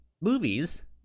movies